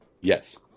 Yes